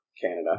Canada